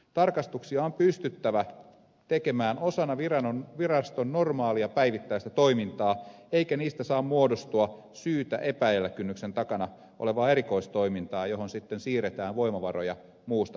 tarkastuksia on pystyttävä tekemään osana viraston normaalia päivittäistä toimintaa eikä niistä saa muodostua syytä epäillä kynnyksen takana olevaa erikoistoimintaa johon sitten siirretään voimavaroja muusta päivittäistoiminnasta